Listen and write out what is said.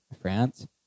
France